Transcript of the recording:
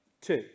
two